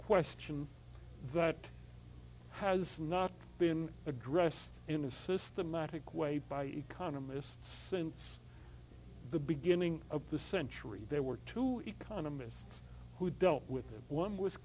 question that has not been addressed in a systematic way by economist since the beginning of the century there were two economists who dealt with that one was